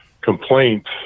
complaints